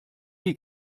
die